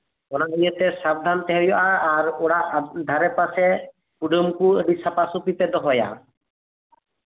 ᱚᱱᱟ ᱞᱟᱹᱜᱤᱫ ᱛᱮ ᱥᱟᱵᱫᱷᱟᱱ ᱛᱟᱦᱮᱸ ᱦᱩᱭᱩᱜᱼᱟ ᱟᱨ ᱚᱲᱟᱜ ᱫᱷᱟᱨᱮ ᱯᱟᱥᱮ ᱠᱩᱰᱟᱹᱢ ᱠᱚ ᱟᱹᱰᱤ ᱥᱟᱯᱟᱼᱥᱟᱯᱤ ᱯᱮ ᱫᱚᱦᱚᱭᱟ